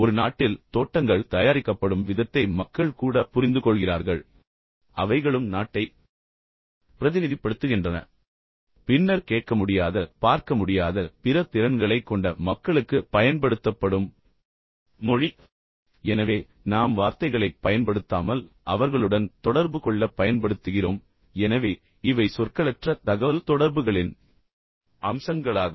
ஒரு நாட்டில் தோட்டங்கள் தயாரிக்கப்படும் விதத்தை மக்கள் கூட புரிந்துகொள்கிறார்கள் எனவே அவைகளும் நாட்டை பிரதிநிதிப்படுத்துகின்றன பின்னர் கேட்க முடியாத பார்க்க முடியாத பிற திறன்களைக் கொண்ட மக்களுக்கு பயன்படுத்தப்படும் மொழி எனவே நாம் வார்த்தைகளைப் பயன்படுத்தாமல் அவர்களுடன் தொடர்பு கொள்ளப் பயன்படுத்துகிறோம் எனவே இவை சொற்களற்ற தகவல்தொடர்புகளின் அம்சங்களாகும்